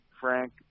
Frank